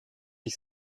ich